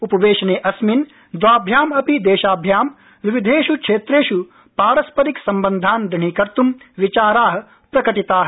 उपवेशने अस्मिन् द्वाभ्याम् अपि देशाभ्याम् विविधेषु क्षेत्रेषु पारस्परिक सम्बन्धात् दृढीकतृं विचारा प्रकटिता